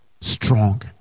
strong